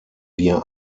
wir